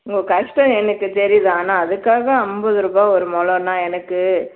உங்கள் கஷ்டம் எனக்கு தெரியுது ஆனால் அதுக்காக ஐம்பது ருபாய் ஒரு மொழன்னா எனக்கு